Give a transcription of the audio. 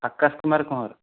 Akash Kumar Kuanr